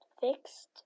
fixed